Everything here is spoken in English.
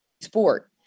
sport